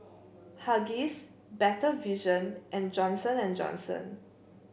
Huggies Better Vision and Johnson And Johnson